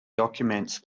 documents